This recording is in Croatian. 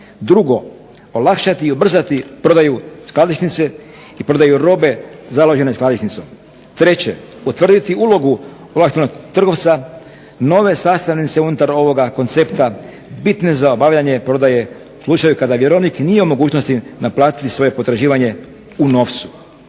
Drugo, olakšati i ubrzati prodaju skladišnice i prodaju robe založene skladišnicom. Treće, utvrditi ulogu ovlaštenog trgovca nove sastavnice unutar ovoga koncepta bitne za obavljanje prodaje u slučaju kada vjerovnik nije u mogućnosti naplatiti svoje potraživanje u novcu.